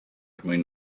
mwyn